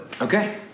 Okay